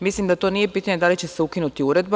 Mislim da to nije pitanje da li će se ukinuti uredba.